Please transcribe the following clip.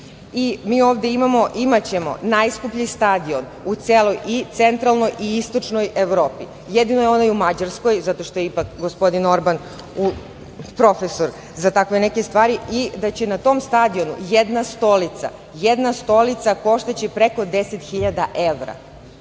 ćemo ovde imati najskuplji stadion u celoj i centralnoj i istočnoj Evropi. Jedino je onaj u Mađarskoj, zato što je ipak gospodin Orban profesor za takve neke stvari i da će na tom stadionu jedna stolica, jedna stolica koštaće preko 10 hiljada evra.